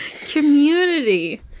community